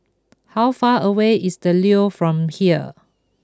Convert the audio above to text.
how far away is The Leo from here